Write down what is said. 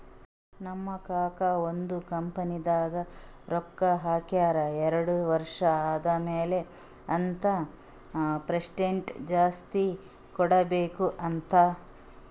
ನಮ್ ಕಾಕಾ ಒಂದ್ ಕಂಪನಿದಾಗ್ ರೊಕ್ಕಾ ಹಾಕ್ಯಾರ್ ಎರಡು ವರ್ಷ ಆದಮ್ಯಾಲ ಹತ್ತ್ ಪರ್ಸೆಂಟ್ ಜಾಸ್ತಿ ಕೊಡ್ಬೇಕ್ ಅಂತ್